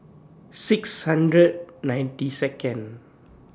six hundred ninety Second